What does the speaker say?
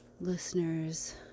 listeners